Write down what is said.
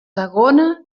segona